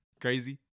crazy